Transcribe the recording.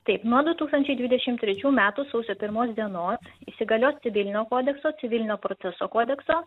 taip nuo du tūkstančiai dvidešim trečių metų sausio pirmos dienos įsigalios civilinio kodekso civilinio proceso kodekso